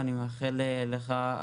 ואני מאחל לך,